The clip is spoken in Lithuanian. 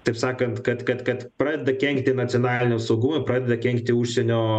taip sakant kad kad kad pradeda kenkti nacionaliniam saugumui pradeda kenkti užsienio